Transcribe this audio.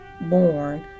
born